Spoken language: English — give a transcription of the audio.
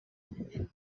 and